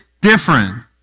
different